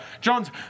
John's